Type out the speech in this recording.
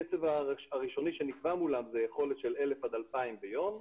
הקצב הראשוני שמקבע מולם זה יכולת של 1,000 עד 2,000 ביום.